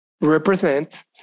represent